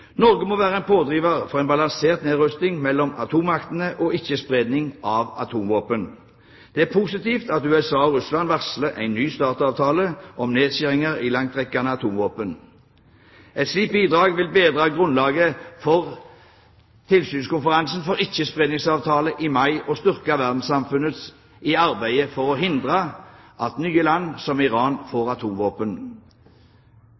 Norge må være en pådriver for en balansert nedrustning mellom atommaktene og ikke-spredning av atomvåpen. Det er positivt at USA og Russland varsler en ny START-avtale om nedskjæringer i langtrekkende atomvåpen. Et slikt bidrag vil bedre grunnlaget for tilsynskonferansen for Ikkespredningsavtalen i mai og styrke verdenssamfunnet i arbeidet for å hindre at nye land, som Iran, får